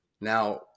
Now